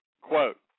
quote